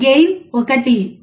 gain 1